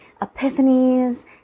epiphanies